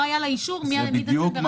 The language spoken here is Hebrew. לא היה לה אישור מאז 2017. זה בדיוק מה